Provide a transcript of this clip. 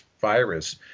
virus